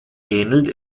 ähnelt